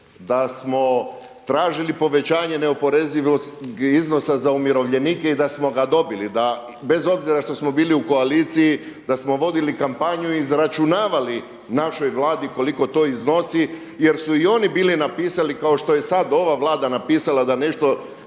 da smo tražili povećanje neoporezivog iznosa za umirovljenike i da smo ga dobili, da bez obzira što smo bili u koaliciji da smo vodili kampanju, izračunavali našoj Vladi koliko to iznosi jer su i oni bili napisali kao što je sad ova Vlada napisala da nešto